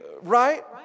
Right